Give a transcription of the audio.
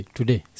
Today